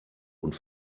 und